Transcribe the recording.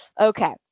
Okay